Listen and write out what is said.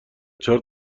چهار